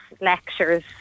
lectures